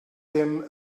dem